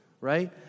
Right